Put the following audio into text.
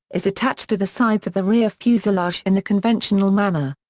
is attached to the sides of the rear fuselage in the conventional manner.